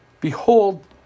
behold